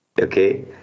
Okay